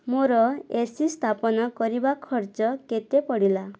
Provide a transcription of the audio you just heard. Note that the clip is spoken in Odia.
ମୋର ଏ ସି ସ୍ଥାପନ କରିବା ଖର୍ଚ୍ଚ କେତେ ପଡ଼ିଲା